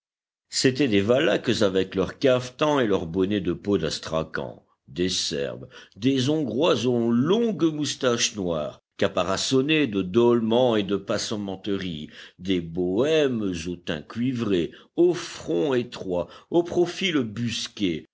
c'étaient des valaques avec leur cafetan et leur bonnet de peau d'astrakan des serbes des hongrois aux longues moustaches noires caparaçonnés de dolmans et de passementeries des bohêmes au teint cuivré au front étroit au profil